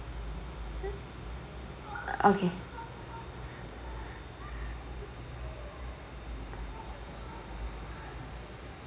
okay